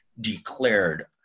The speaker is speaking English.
Declared